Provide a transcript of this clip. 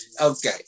okay